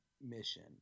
mission